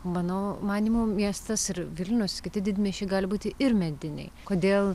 mano manymu miestas ir vilnius kiti didmiesčiai gali būti ir mediniai kodėl